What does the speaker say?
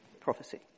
prophecy